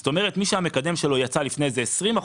זאת אומרת, מי שהמקדם שלו יצא לפני כן 20%,